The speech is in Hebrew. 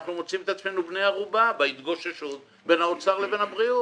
אנחנו מוצאים את עצמנו בני ערובה בהתגוששות בין האוצר לבין הבריאות.